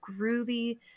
groovy